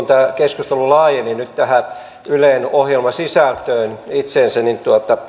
tämä keskustelu laajeni nyt tähän ylen ohjelmasisältöön itseensä niin